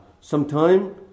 Sometime